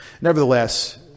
Nevertheless